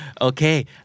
Okay